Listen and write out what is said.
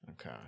Okay